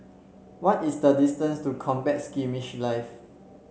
what is the distance to Combat Skirmish Live